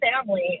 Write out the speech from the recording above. family